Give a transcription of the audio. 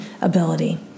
ability